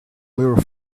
little